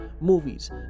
movies